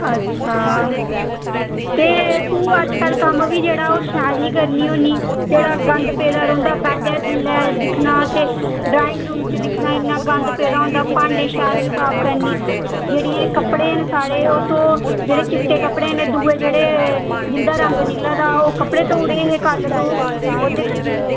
अच्छा ते तू अजकल कम्म बी जेह्ड़ा ओह् शैल निं करनी होन्नी छड़ा गंद पेदा रौंह्दा बेह्ड़े थल्लै दिक्खना ते ड्रांइग रूम च दिक्खना इन्ना गंद पेदा होंदा भांडे शैल निं शैल साफ करनी जेह्ड़े कपड़े न साढ़े ओह् तूं जेह्ड़े चिट्टे कपड़े न दूए जेह्ड़े जिं'दा रंग निकला दा हा ओह् कपड़े धोई ओड़े हे तूं ओह्दे कन्नै